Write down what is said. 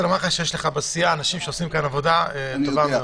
יש לך בסיעה אנשים שעושים כאן עבודה טובה מאוד.